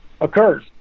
occurs